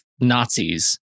Nazis